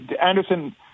Anderson